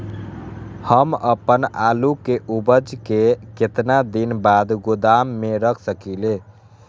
हम अपन आलू के ऊपज के केतना दिन बाद गोदाम में रख सकींले?